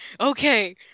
okay